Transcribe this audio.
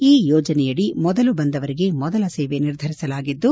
ಈ ಯೋಜನೆಯಡಿ ಮೊದಲು ಬಂದವರಿಗೆ ಮೊದಲ ಸೇವೆ ನಿರ್ಧರಿಸಲಾಗಿದ್ದು